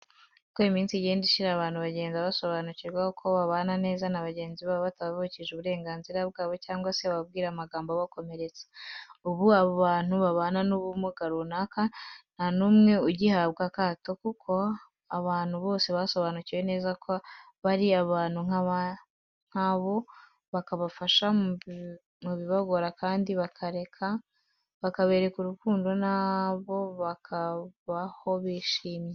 Uko iminsi igenda ishira abantu bagenda basobanukirwa uko babana neza na bagenzi babo batabavukije uburenganzira bwabo cyangwa se ngo bababwire amagambo abakomeretsa. Ubu abantu babana n'ubumuga runaka nta n'umwe ugihabwa akato kuko abantu bose basobanukiwe neza ko na bo ari abantu nka bo, bakabafasha mu bibagora kandi bakabereka urukundo na bo bakabaho bishimye.